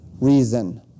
reason